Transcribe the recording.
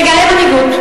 תגלה מנהיגות.